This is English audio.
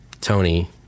Tony